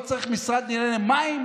לא צריך משרד לענייני מים,